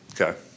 Okay